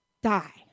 die